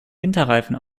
winterreifen